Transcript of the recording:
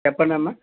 చెప్పండి అమ్మా